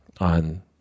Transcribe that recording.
on